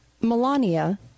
Melania